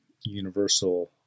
universal